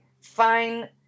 fine